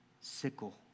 sickle